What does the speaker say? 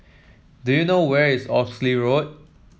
do you know where is Oxley Road